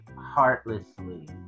heartlessly